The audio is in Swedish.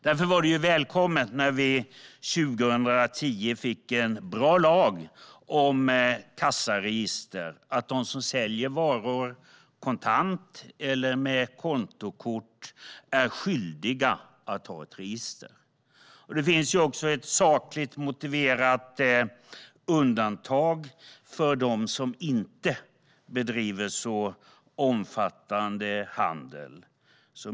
Därför var det välkommet när vi 2010 fick en bra lag om kassaregister, som innebär att de som säljer varor kontant eller med kontokort är skyldiga att ha ett register. Det finns också ett sakligt motiverat undantag för dem som inte bedriver så omfattande handel.